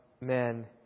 men